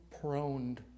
prone